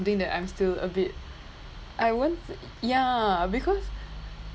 something that I'm still a bit I was ya because